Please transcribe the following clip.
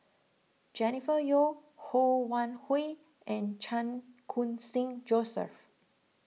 Jennifer Yeo Ho Wan Hui and Chan Khun Sing Joseph